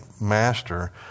master